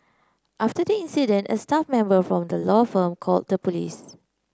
after the incident a staff member from the law firm called the police